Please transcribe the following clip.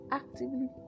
actively